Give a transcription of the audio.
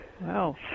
Wow